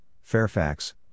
Fairfax